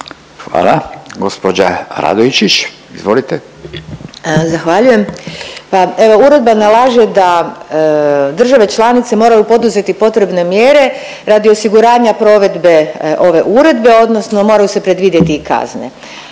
**Radojčić, Dušica (Možemo!)** Zahvaljujem. Pa evo uredba nalaže da države članice moraju poduzeti potrebne mjere radi osiguranja provedbe ove Uredbe odnosno moraju se predvidjeti i kazne,